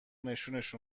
نشونش